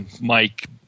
Mike